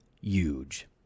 huge